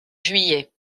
juillet